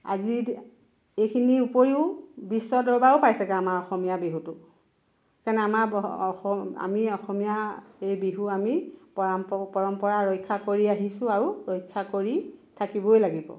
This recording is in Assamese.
আজি এইখিনিৰ উপৰিও বিশ্ব দৰবাৰো পাইছেগে আমাৰ অসমীয়া বিহুটো সেই কাৰণে আমি অসমীয়া এই বিহু আমি পৰাম্প পৰম্পৰা ৰক্ষা কৰি আহিছোঁ আৰু ৰক্ষা কৰি থাকিবই লাগিব